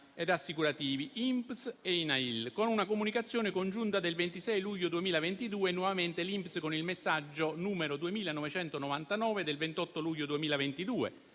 ed assicurativi INPS e Inail, con una comunicazione congiunta del 26 luglio 2022, e nuovamente l'INPS con il messaggio n. 2999 del 28 luglio 2022,